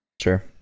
Sure